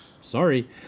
Sorry